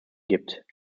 gibt